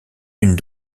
une